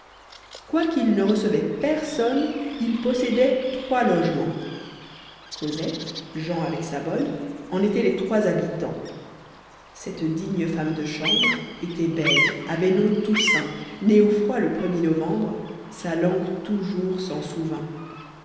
quoiqu'il ne recevait personne il possédait trois logements coselte jean avec sa bonne en étaient les trois habitants cette digne femme de chambre était bègue avait nom toussaint née au froid le premier novembre sa langue toujours s'en souvint